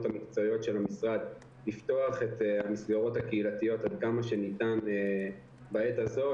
המקצועיות של המשרד לפתוח את המסגרות הקהילתיות עד כמה שניתן בעת הזו.